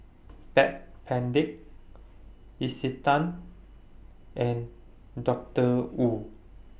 Backpedic Isetan and Doctor Wu